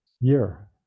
year